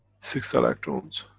six electrons